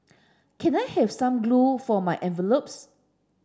can I have some glue for my envelopes